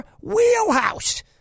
wheelhouse